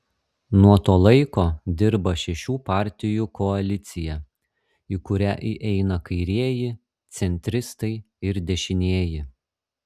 nuo to laiko dirba šešių partijų koalicija į kurią įeina kairieji centristai ir dešinieji